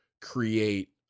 create